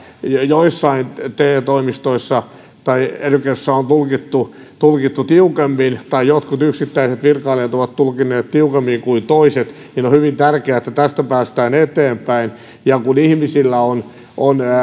joissain te toimistoissa tai ely keskuksissa on tulkittu tulkittu tiukemmin tai jotkut yksittäiset virkailijat ovat tulkinneet tiukemmin kuin toiset on hyvin tärkeää ja se että tästä päästään eteenpäin kun ihmisillä on on